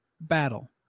battle